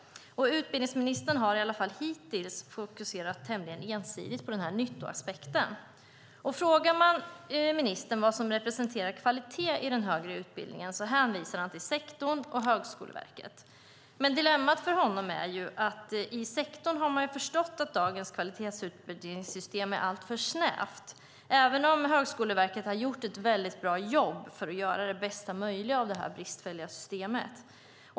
Utbildningsministern har i varje fall hittills fokuserat tämligen ensidigt på nyttoaspekten. Frågar man ministern vad som representerar kvalitet i den högre utbildningen hänvisar han till sektorn och Högskoleverket. Men dilemmat för honom är att man i sektorn förstått att dagens kvalitetsutvärderingssystem är alltför snävt, även om Högskoleverket har gjort ett väldigt bra jobb för att göra bästa möjliga av det bristfälliga systemet.